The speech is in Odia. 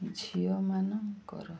ଝିଅମାନଙ୍କର